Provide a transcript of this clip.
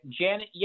Janet